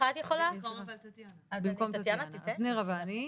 נירה ואני,